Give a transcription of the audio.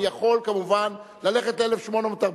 אני יכול כמובן ללכת ל-1,849,